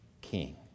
king